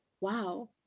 wow